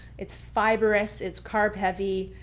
it's fibrous, it's carb heavy.